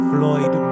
Floyd